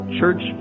Church